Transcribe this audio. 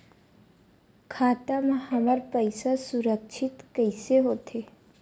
खाता मा हमर पईसा सुरक्षित कइसे हो थे?